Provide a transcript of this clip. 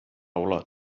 olot